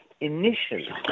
initially